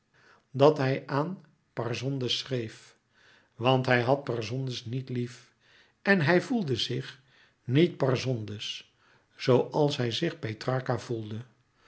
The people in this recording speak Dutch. dat hij aan parsondes schreef want hij had parsondes niet lief en hij voelde zich niet parsondes zooals hij zich petrarca voelde